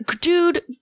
Dude